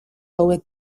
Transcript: hauek